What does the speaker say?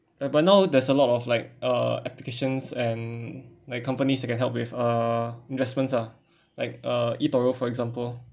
ya but now there's a lot of like uh applications and like companies that can help with uh investments ah like uh like etoro for example